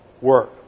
work